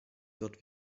dort